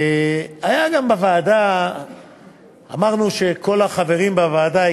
בוועדה אמרנו שכל החברים בוועדה,